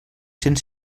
cents